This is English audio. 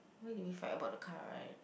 why did we fight about the car right